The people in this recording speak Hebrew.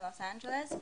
בלוס אנג'לס,